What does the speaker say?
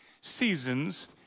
seasons